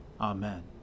Amen